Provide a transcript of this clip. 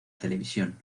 televisión